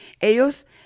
Ellos